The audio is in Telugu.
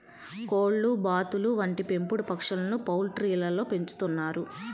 కోళ్లు, బాతులు వంటి పెంపుడు పక్షులను పౌల్ట్రీలలో పెంచుతున్నారు